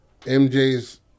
MJ's